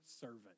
servant